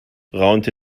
raunte